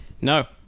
No